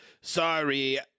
sorry